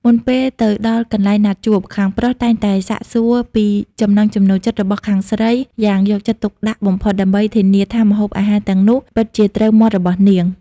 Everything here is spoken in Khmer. មុនពេលទៅដល់កន្លែងណាត់ជួប ខាងប្រុសតែងតែសាកសួរពីចំណង់ចំណូលចិត្តរបស់ខាងស្រីយ៉ាងយកចិត្តទុកដាក់បំផុត ដើម្បីធានាថាម្ហូបអាហារទាំងនោះពិតជាត្រូវមាត់របស់នាង។